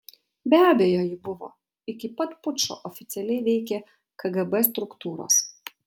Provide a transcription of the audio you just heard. be abejo ji buvo iki pat pučo oficialiai veikė kgb struktūros